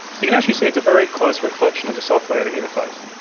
you can actually see it's a very close reflection of the software interface.